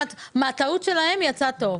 מהטעות שלהם יצא טוב.